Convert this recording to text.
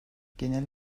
genel